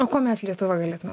o kuo mes lietuva galėtume